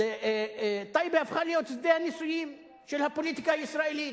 טייבה הפכה להיות שדה הניסויים של הפוליטיקה הישראלית.